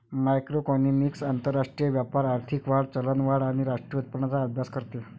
macroeconomics आंतरराष्ट्रीय व्यापार, आर्थिक वाढ, चलनवाढ आणि राष्ट्रीय उत्पन्नाचा अभ्यास करते